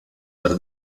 per